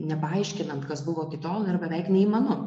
nepaaiškinant kas buvo iki tol ir beveik neįmanu